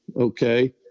okay